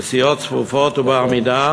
נסיעות צפופות ובעמידה,